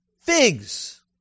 figs